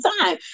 time